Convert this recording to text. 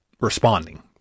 responding